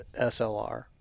SLR